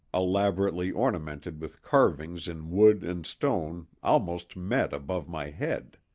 elaborately ornamented with carvings in wood and stone, almost met above my head.